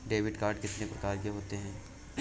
Debit card कितनी प्रकार के होते हैं?